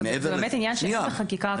אבל זה באמת עניין שנתון לחקיקה,